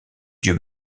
dieu